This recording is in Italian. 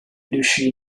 riuscì